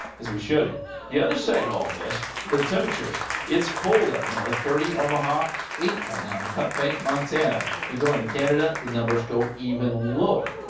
as we showed you the other side all this. the temperatures it's cold up north thirty omaha, a right now cut bank montana, you go in canada. the numbers go even lower.